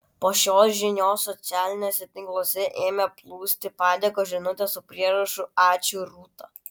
po šios žinios socialiniuose tinkluose ėmė plūsti padėkos žinutės su prierašu ačiū rūta